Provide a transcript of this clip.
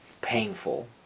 painful